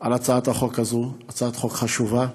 על הצעת החוק הזאת, הצעת חוק חשובה,